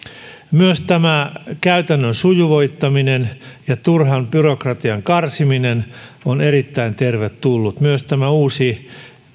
myös käytännön sujuvoittaminen ja turhan byrokratian karsiminen ovat erittäin tervetulleita myös uusi